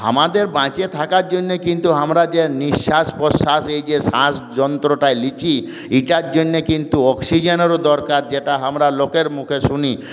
আমাদের বাঁচে থাকার জন্য কিন্তু আমরা যে নিঃশ্বাস প্রশ্বাস এই যে শ্বাস যন্ত্রটাই নিচ্ছি এইটার জন্যে কিন্তু অক্সিজেনেরও দরকার যেটা আমরা লোকের মুখে শুনি